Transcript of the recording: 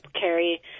carry